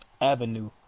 avenue